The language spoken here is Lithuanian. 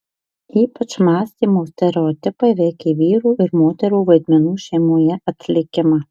ypač mąstymo stereotipai veikė vyrų ir moterų vaidmenų šeimoje atlikimą